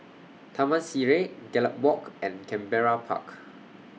Taman Sireh Gallop Walk and Canberra Park